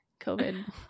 COVID